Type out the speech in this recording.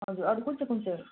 हजुर अरू कुन चाहिँ कुन चाहिँ